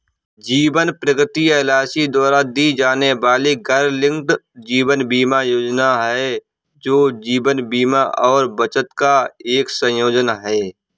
जीवन प्रगति एल.आई.सी द्वारा दी जाने वाली गैरलिंक्ड जीवन बीमा योजना है, जो जीवन बीमा और बचत का एक संयोजन है